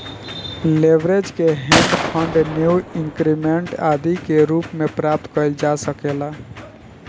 leverage के hedge fund renew increment आदि के रूप में प्राप्त कईल जा सकेला